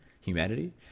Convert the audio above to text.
humanity